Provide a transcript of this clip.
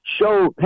show